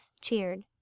cheered